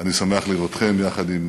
אני שמח לראותכם יחד עם